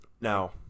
now